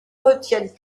retiennent